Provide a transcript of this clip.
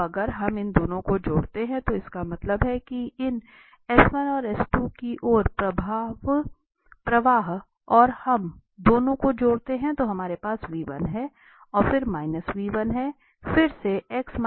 अब अगर हम इन दोनों को जोड़ते हैं तो इसका मतलब है कि इन और की ओर प्रवाह और अगर हम दोनों को जोड़ते हैं तो हमारे पास है और फिर है फिर से